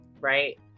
right